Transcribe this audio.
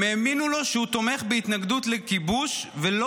הם האמינו לו שהוא תומך בהתנגדות לכיבוש, ולא